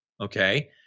Okay